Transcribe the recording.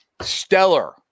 stellar